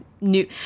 new